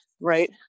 right